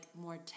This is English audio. more